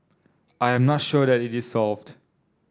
I am not sure that it is solved